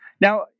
Now